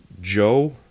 Joe